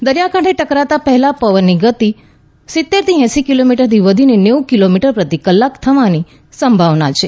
દરીયાકાંઠે ટકરાતાં પહેલાં પવનની ગતિ સીત્તેર થી એંશી કિલોમીટરથી વધીને નેવું કિલોમીટર પ્રતિ કલાક થવાની સંભાવના છે